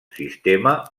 sistema